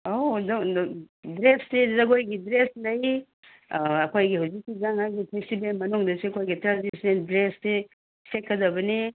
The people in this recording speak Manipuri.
ꯑꯣ ꯗ꯭ꯔꯦꯁꯁꯤ ꯖꯒꯣꯏꯒꯤ ꯗ꯭ꯔꯦꯁ ꯂꯩ ꯑꯩꯈꯣꯏꯒꯤ ꯍꯧꯖꯤꯛꯀꯤ ꯒꯥꯡ ꯉꯥꯏꯒꯤ ꯐꯦꯁꯇꯤꯕꯦꯜ ꯃꯅꯨꯡꯗꯁꯨ ꯑꯩꯈꯣꯏꯒꯤ ꯇ꯭ꯔꯦꯗꯤꯁꯟꯅꯦꯜ ꯗ꯭ꯔꯦꯁꯁꯤ ꯁꯦꯠꯀꯗꯕꯅꯤ